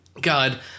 God